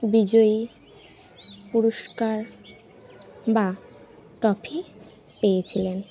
বিজয়ী পুরস্কার বা ট্রফি পেয়েছিলেন